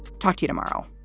talk to you tomorrow